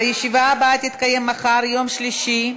הישיבה הבאה תתקיים מחר, יום שלישי,